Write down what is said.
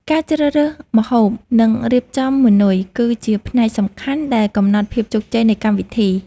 ការជ្រើសរើសម្ហូប និងរៀបចំម៉ឺនុយគឺជាផ្នែកសំខាន់ដែលកំណត់ភាពជោគជ័យនៃកម្មវិធី។